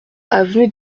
avenue